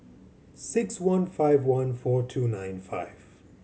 six one five one four two nine five